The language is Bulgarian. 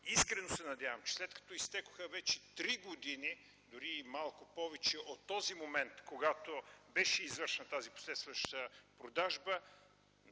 Искрено се надявам, че след като изтекоха вече три години, дори и малко повече от момента, когато беше извършена тази последваща продажба,